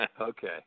Okay